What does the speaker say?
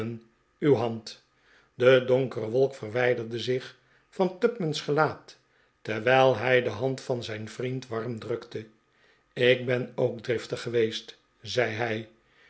uw hand de donkere wolk verwijderde zich van tupman's gelaat terwijl hij de hand van zijn vriend warm drukte ik ben ook driftig geweest zei hij